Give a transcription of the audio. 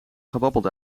gebabbeld